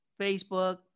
Facebook